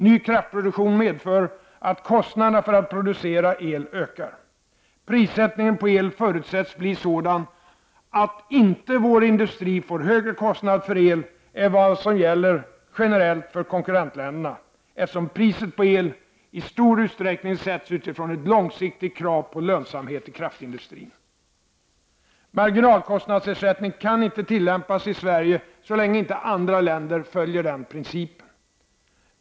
Ny kraftproduktion medför att kostnaderna för att producera el ökar. Prissättningen på el förutsätts bli sådan att inte vår industri får högre kostnad för el än vad som gäller generellt för konkurrentländerna, eftersom priset på el i stor utsträckning sätts utifrån ett långsiktigt krav på lönsamhet i kraftindustrin. Marginalkostnadsprissättning kan inte tillämpas i Sverige så länge inte andra länder följer den principen.